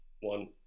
One